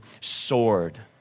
sword